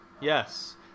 Yes